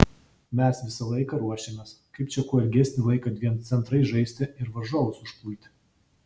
mes visą laiką ruošėmės kaip čia kuo ilgesnį laiką dviem centrais žaisti ir varžovus užpulti